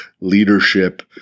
leadership